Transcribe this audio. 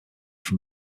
from